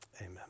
Amen